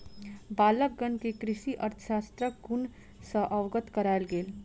बालकगण के कृषि अर्थशास्त्रक गुण सॅ अवगत करायल गेल